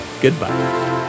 Goodbye